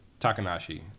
Takanashi